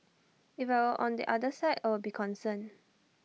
if I were on the other side I'd be concerned